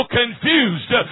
confused